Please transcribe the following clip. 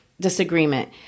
disagreement